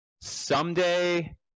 Someday